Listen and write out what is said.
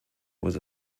was